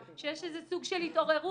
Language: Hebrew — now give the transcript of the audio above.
שיש איזה סוג של התעוררות